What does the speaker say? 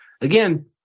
Again